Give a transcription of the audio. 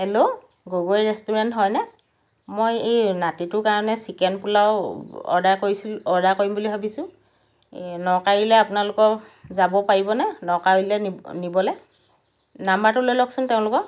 hello Gogoi restaurant হয়নে মই এই নাতিটোৰ কাৰণে চিকেন পোলাও অৰ্ডাৰ কৰিছলোঁ অৰ্ডাৰ কৰিম বুলি ভাবিছোঁ নকাৰিলৈ আপোনালোকৰ যাব পাৰিবনে নকাৰিলৈ নি নিবলৈ নাম্বাৰটো লৈ লওকচোন তেওঁলোকৰ